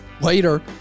Later